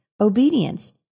obedience